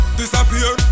disappear